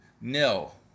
nil